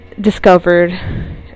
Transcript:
discovered